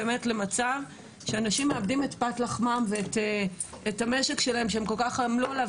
הגענו באמת למצב שאנשים מאבדים את פת לחמם ואת המשק שלהם שהם עמלו עליו,